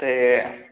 ते